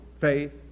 faith